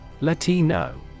Latino